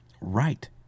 right